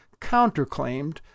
counterclaimed